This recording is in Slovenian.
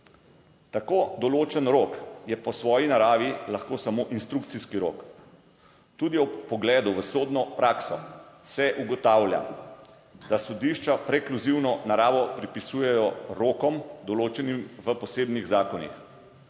Tako določen rok je po svoji naravi lahko samo instrukcijski rok. Tudi ob vpogledu v sodno prakso se ugotavlja, da sodišča prekluzivno naravo pripisujejo rokom, določenim v posebnih zakonih.